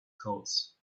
codes